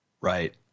Right